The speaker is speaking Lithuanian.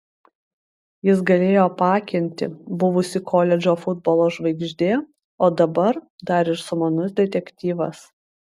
jis galėjo apakinti buvusi koledžo futbolo žvaigždė o dabar dar ir sumanus detektyvas